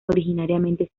originariamente